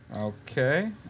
Okay